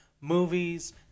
movies